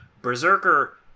berserker